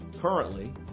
Currently